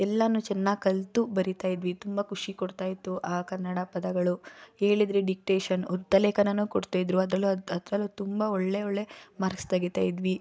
ಎಲ್ಲವೂ ಚೆನ್ನಾಗಿ ಕಲಿತು ಬರೀತಾಯಿದ್ವಿ ತುಂಬ ಖುಷಿ ಕೊಡ್ತಾಯಿತ್ತು ಆ ಕನ್ನಡ ಪದಗಳು ಹೇಳಿದ್ರೆ ಡಿಕ್ಟೇಷನ್ ಉಕ್ತಲೇಖನವೂ ಕೊಡ್ತಿದ್ರು ಅದರಲ್ಲೂ ಅದರಲ್ಲೂ ತುಂಬ ಒಳ್ಳೆಯ ಒಳ್ಳೆಯ ಮಾರ್ಕ್ಸ್ ತೆಗಿತಾಯಿದ್ವಿ